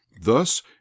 Thus